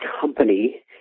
company